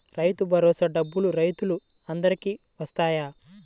రైతు భరోసా డబ్బులు రైతులు అందరికి వస్తాయా?